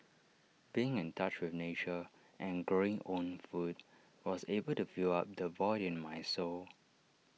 being in touch with nature and growing own food was able to fill up the void in my soul